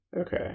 Okay